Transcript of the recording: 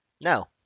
No